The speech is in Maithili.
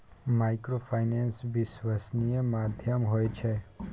माइक्रोफाइनेंस विश्वासनीय माध्यम होय छै?